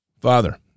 Father